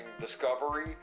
Discovery